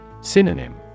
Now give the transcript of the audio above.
Synonym